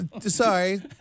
Sorry